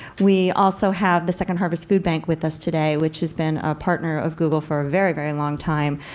we also have the second harvest food bank with us today, which has been a partner of google for a very, very long time.